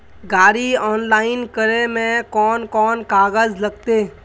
गाड़ी ऑनलाइन करे में कौन कौन कागज लगते?